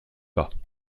pas